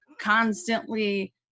constantly